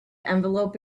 envelope